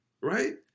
right